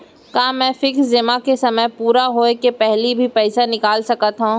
का मैं फिक्स जेमा के समय पूरा होय के पहिली भी पइसा निकाल सकथव?